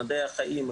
מדעי החיים,